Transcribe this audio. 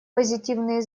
позитивные